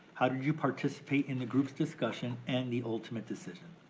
how did you participate in the group's discussion and the ultimate decision?